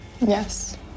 Yes